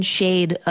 shade